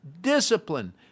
discipline